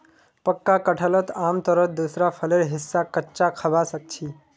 पक्का कटहलक आमतौरत दूसरा फलेर हिस्सा कच्चा खबा सख छि